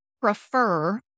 prefer